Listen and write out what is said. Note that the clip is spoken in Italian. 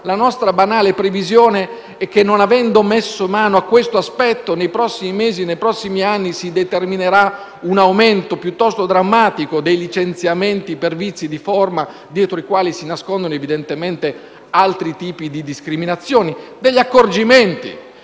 La nostra banale previsione è che, non avendo messo mano a questo aspetto, nei prossimi mesi e nei prossimi anni si determinerà un aumento piuttosto drammatico dei licenziamenti per vizi di forma dietro i quali si nascondono evidentemente altri tipi di discriminazioni. Si trattava di accorgimenti